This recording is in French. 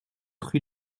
rue